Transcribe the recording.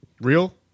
Real